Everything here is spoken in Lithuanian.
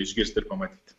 išgirst ir pamatyt